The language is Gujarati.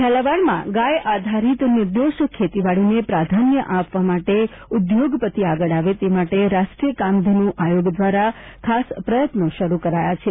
ઝાલાવાડમાં ગાય આધારિત નિર્દોષ ખેતીવાડીને પ્રાધાન્ય આપવા માટે ઉદ્યોગપતિઓ આગળ આવે તે માટે રાષ્ટ્રીય કામધેનુ આયોગ દ્વારા ખાસ કોશિશ શરૂ કરાઇ છે